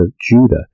Judah